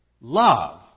Love